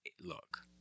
look